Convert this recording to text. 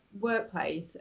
workplace